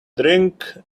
drink